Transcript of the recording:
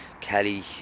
Kelly